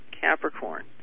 Capricorn